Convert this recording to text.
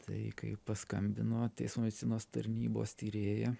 tai kaip paskambino teismo medicinos tarnybos tyrėja